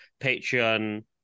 patreon